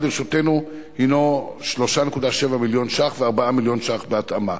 לרשותנו הינו 3.7 מיליון ש"ח ו-4 מיליון ש"ח בהתאמה.